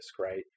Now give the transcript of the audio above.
right